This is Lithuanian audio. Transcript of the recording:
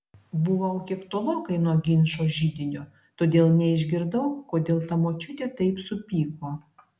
buvau kiek tolokai nuo ginčo židinio todėl neišgirdau kodėl ta močiutė taip supyko